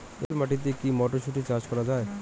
এটেল মাটিতে কী মটরশুটি চাষ করা য়ায়?